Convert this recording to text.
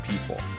people